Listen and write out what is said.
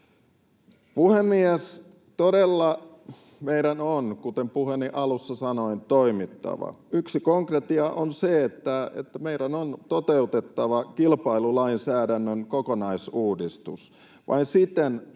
Puhemies! Todella meidän on, kuten puheeni alussa sanoin, toimittava. Yksi konkretia on se, että meidän on toteutettava kilpailulainsäädännön kokonaisuudistus.